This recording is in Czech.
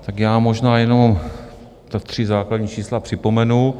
Tak já možná jenom ta tři základní čísla připomenu.